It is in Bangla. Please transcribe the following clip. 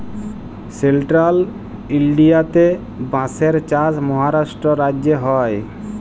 সেলট্রাল ইলডিয়াতে বাঁশের চাষ মহারাষ্ট্র রাজ্যে হ্যয়